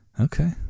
Okay